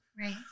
Right